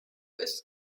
ist